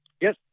Yes